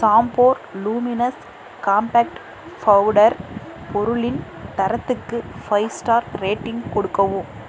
Chambor luminous compact powder பொருளின் தரத்துக்கு five star rating கொடுக்கவும்